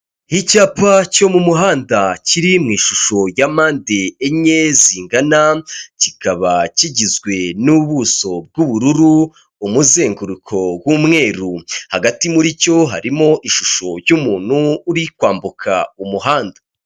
Icyapa cyo mu muhanda kiri mu ishusho ya mpande enye zingana kikaba kigizwe n'ubuso bw'ubururu, umuzenguruko w'umweru, hagati muri cyo harimo ishusho y'umuntu uri kwambuka umuhanda.